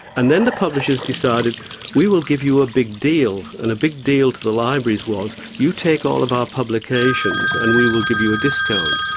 and then the publishers decided we will give you a big deal. and a big deal to the libraries was you take all of our publications and we will give you a discount.